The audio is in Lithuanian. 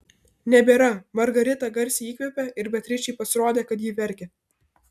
nebėra margarita garsiai įkvėpė ir beatričei pasirodė kad ji verkia